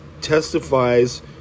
testifies